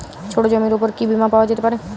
ছোট জমির উপর কি বীমা পাওয়া যেতে পারে?